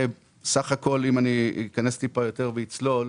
סך הכול אם אני אכנס טיפה יותר ואצלול,